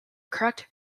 correct